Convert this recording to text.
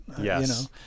Yes